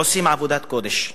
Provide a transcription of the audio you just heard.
עושים עבודת קודש.